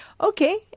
Okay